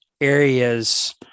areas